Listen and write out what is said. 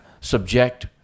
subject